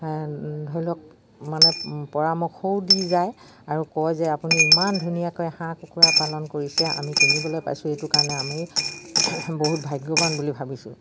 ধৰি লওক মানে পৰামৰ্শও দি যায় আৰু কয় যে আপুনি ইমান ধুনীয়াকৈ হাঁহ কুকুৰা পালন কৰিছে আমি কিনিবলৈ পাইছোঁ এইটো কাৰণে আমি বহুত ভাগ্যৱান বুলি ভাবিছোঁ